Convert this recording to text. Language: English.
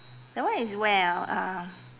that one is where ah uh